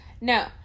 No